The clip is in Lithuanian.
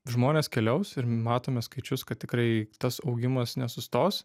žmonės keliaus ir matome skaičius kad tikrai tas augimas nesustos